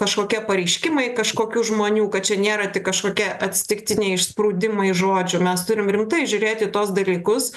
kažkokie pareiškimai kažkokių žmonių kad čia nėra tik kažkokie atsitiktiniai išsprūdimai žodžių mes turim rimtai žiūrėti į tuos dalykus